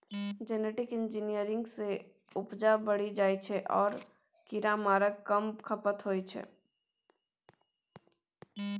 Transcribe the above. genetic engineering सँ उपजा बढ़ि जाइ छै आ कीरामारक कम खपत होइ छै